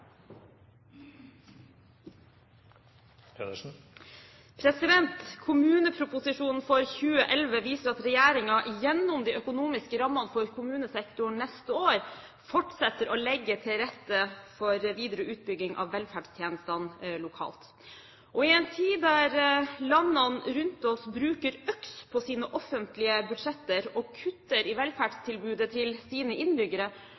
år, fortsetter å legge til rette for videre utbygging av velferdstjenestene lokalt. I en tid da landene rundt oss bruker øks på sine offentlige budsjetter og kutter i velferdstilbudet til sine innbyggere,